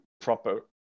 proper